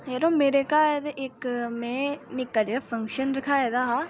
यरो मेरे घर इक में निक्का जेहा फंक्शन रखाए दा हा